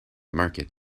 market